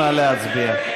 נא להצביע.